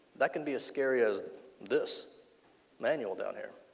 that could be as scary as this manual down here.